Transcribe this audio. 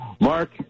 Mark